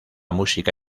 música